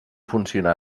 funcionar